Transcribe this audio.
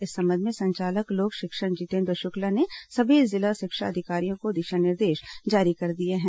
इस संबंध में संचालक लोक शिक्षण जितेन्द्र शुक्ला ने सभी जिला शिक्षा अधिकारियों को दिशा निर्देश जारी कर दिए हैं